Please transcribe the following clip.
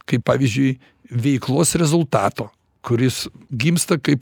kaip pavyzdžiui veiklos rezultato kuris gimsta kaip